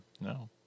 No